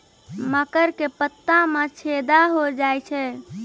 मकर के पत्ता मां छेदा हो जाए छै?